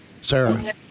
Sarah